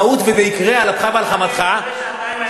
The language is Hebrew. המהות, וזה יקרה, על אפך ועל חמתך, כשל לוגי.